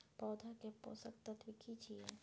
पौधा के पोषक तत्व की छिये?